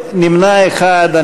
נמנע אחד.